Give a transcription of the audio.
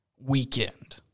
weekend